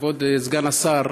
כבוד סגן השר,